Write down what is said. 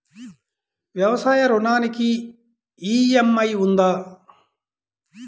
వ్యవసాయ ఋణానికి ఈ.ఎం.ఐ ఉందా?